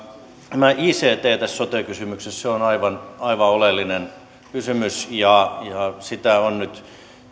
tämä ict tässä sote kysymyksessä on aivan aivan oleellinen kysymys ja sitä on nyt